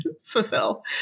fulfill